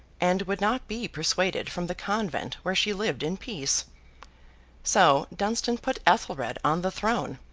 and would not be persuaded from the convent where she lived in peace so, dunstan put ethelred on the throne,